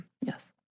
Yes